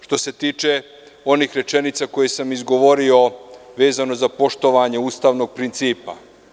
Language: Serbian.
Što se tiče onih rečenica koje sam izgovorio vezano za poštovanje ustavnog principa.